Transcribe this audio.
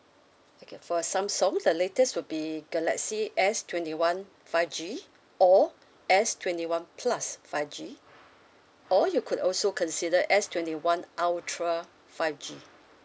okay for samsung the latest will be galaxy S twenty one five G or S twenty one plus five G or you could also consider S twenty one ultra five G